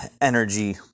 energy